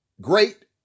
great